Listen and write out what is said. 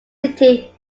city